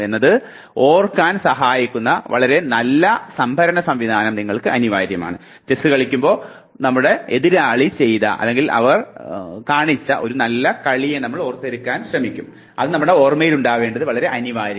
എന്നത് ഓർമ്മിക്കാൻ സഹായിക്കുന്ന വളരെ നല്ല സംഭരണ സംവിധാനം നിങ്ങൾക്ക് അനിവാര്യമാണ്